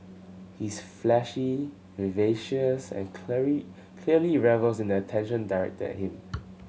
he is flashy vivacious and clearly clearly revels in the attention directed at him